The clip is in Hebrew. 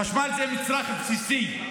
חשמל זה מצרך בסיסי,